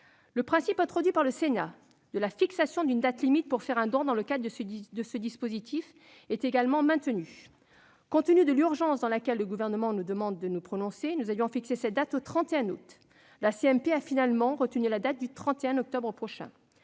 Le principe, introduit par le Sénat, de la fixation d'une date limite pour faire un don dans le cadre de ce dispositif est également maintenu. Compte tenu de l'urgence dans laquelle le Gouvernement nous demandait de nous prononcer, nous avions fixé cette date au 31 août. La commission mixte paritaire a finalement retenu la date du 31 octobre prochain.